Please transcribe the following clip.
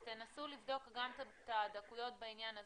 אז תנסו לבדוק גם את הדקויות בעניין הזה.